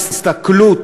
ההסתכלות,